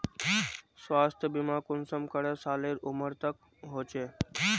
स्वास्थ्य बीमा कुंसम करे सालेर उमर तक होचए?